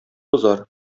бозар